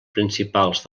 principals